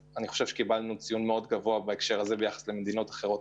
קיבלנו ציון מאוד גבוה ביחס למדינות אחרות.